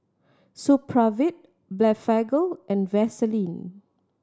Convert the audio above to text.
Supravit Blephagel and Vaselin